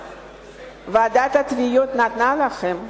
שוועידת התביעות כבר נתנה להם.